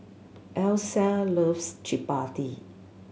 Alyssia loves Chappati